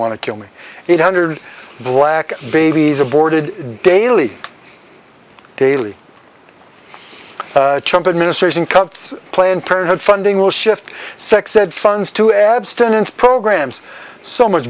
want to kill me eight hundred black babies aborted daily daily chump administration cuts planned parenthood funding will shift sex ed funds to abstinence programs so much